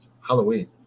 Halloween